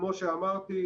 כמו שאמרתי,